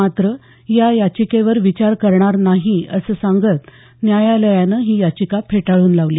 मात्र या याचिकेवर विचार करणार नाही असं सांगत न्यायालयानं ही याचिका फेटाळून लावली